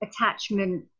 attachment